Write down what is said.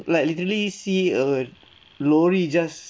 like literally see a lorry just